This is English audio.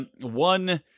one